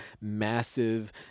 massive